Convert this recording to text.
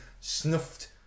snuffed